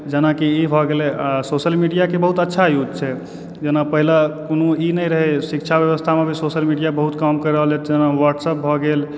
जेनाकि ई भऽ गेलै आ सोशल मीडिया के बहुत अच्छा यूज छै जेना पहिले कोनो ई नहि रहै शिक्षा व्यवस्था मे भी सोशल मीडिया बहुत काम करि रहल अछि जेना व्हाट्सअप भऽ गेल